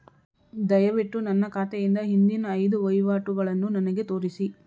ದಯವಿಟ್ಟು ನನ್ನ ಖಾತೆಯಿಂದ ಹಿಂದಿನ ಐದು ವಹಿವಾಟುಗಳನ್ನು ನನಗೆ ತೋರಿಸಿ